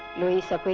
luisa,